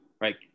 right